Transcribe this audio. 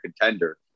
contender